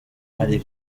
hari